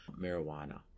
marijuana